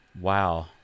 wow